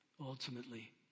Ultimately